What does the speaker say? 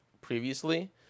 previously